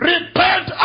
Repent